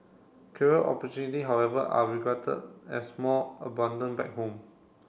career opportunity however are regarded as more abundant back home